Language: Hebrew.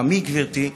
לטעמי, גברתי,